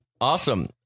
Awesome